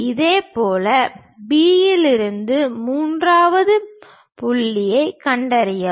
இதேபோல் B இலிருந்து மூன்றாவது புள்ளியைக் கண்டறியவும்